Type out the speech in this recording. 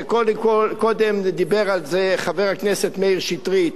קודם דיבר על זה חבר הכנסת מאיר שטרית,